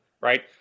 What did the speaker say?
right